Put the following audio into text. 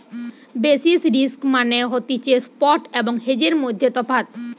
basis risk মানে হতিছে spot এবং হেজের মধ্যে তফাৎ